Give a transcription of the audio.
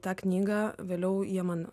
tą knygą vėliau jie man